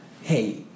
hey